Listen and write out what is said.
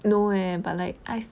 no eh but like I